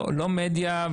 לא מדיה,